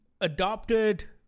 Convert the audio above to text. adopted